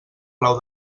plau